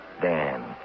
Dan